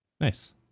Nice